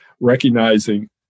recognizing